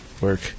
work